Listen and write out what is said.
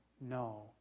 no